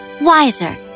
wiser